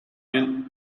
you